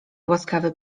łaskawy